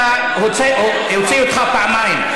הוציאו אותו פעמיים,